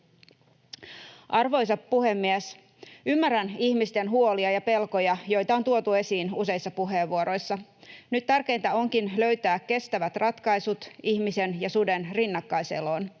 Arvoisa puhemies! Ymmärrän ihmisten huolia ja pelkoja, joita on tuotu esiin useissa puheenvuoroissa. Nyt tärkeintä onkin löytää kestävät ratkaisut ihmisen ja suden rinnakkais-eloon.